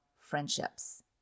friendships